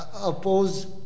oppose